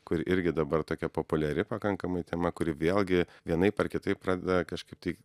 kur irgi dabar tokia populiari pakankamai tema kuri vėlgi vienaip ar kitaip pradeda kažkaip tai